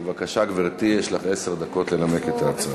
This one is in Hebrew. בבקשה, גברתי, יש לך עשר דקות לנמק את ההצעה.